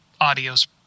audio's